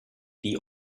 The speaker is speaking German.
die